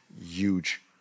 huge